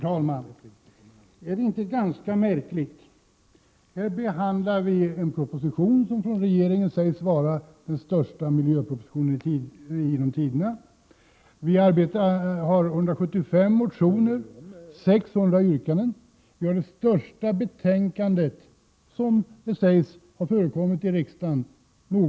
Herr talman! Är inte detta ganska märkligt! Här behandlar vi en proposition som sägs vara den största miljöpropositionen genom tiderna. Vi har 175 motioner och 600 yrkanden. Vi har, sägs det, det största betänkande som någon gång förekommit i riksdagen.